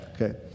Okay